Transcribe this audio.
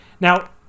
Now